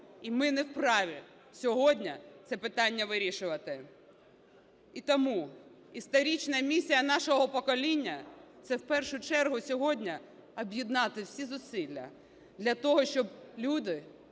І ми не в праві сьогодні це питання вирішувати. І тому історична місія нашого покоління – це в першу чергу сьогодні об'єднати всі зусилля. Для того, щоб люди